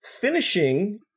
finishing